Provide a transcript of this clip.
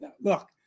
Look